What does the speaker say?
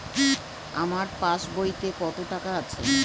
আমার পাস বইতে কত টাকা আছে?